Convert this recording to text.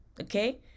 Okay